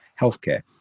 healthcare